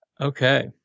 Okay